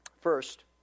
First